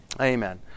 Amen